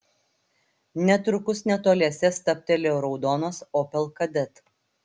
netrukus netoliese stabtelėjo raudonas opel kadett